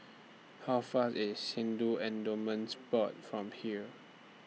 How Far IS Hindu Endowments Board from here